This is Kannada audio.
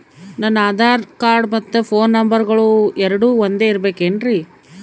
ನನ್ನ ಆಧಾರ್ ಕಾರ್ಡ್ ಮತ್ತ ಪೋನ್ ನಂಬರಗಳು ಎರಡು ಒಂದೆ ಇರಬೇಕಿನ್ರಿ?